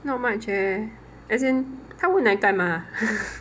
not much eh as in 她问来干嘛啊